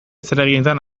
zereginetan